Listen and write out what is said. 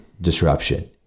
disruption